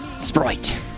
Sprite